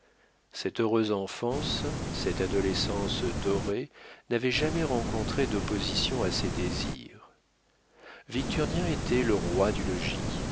cette heureuse enfance cette adolescence dorée n'avait jamais rencontré d'opposition à ses désirs victurnien était le roi du logis